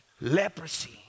Leprosy